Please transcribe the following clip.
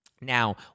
Now